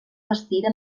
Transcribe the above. bastida